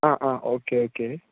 okay okay